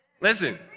Listen